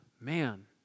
Man